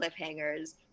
cliffhangers